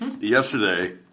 Yesterday